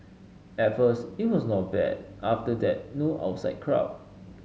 at first it was not bad after that no outside crowd